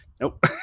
Nope